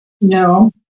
No